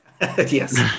Yes